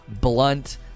blunt